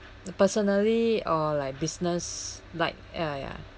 the personally or like business like ya